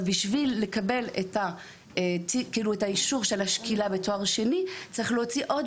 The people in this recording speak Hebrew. בשביל לקבל את האישור של השקילה בתואר שני צריך להוציא עוד